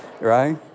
Right